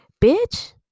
bitch